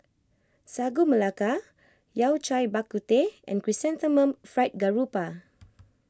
Sagu Melaka Yao Cai Bak Kut Teh and Chrysanthemum Fried Garoupa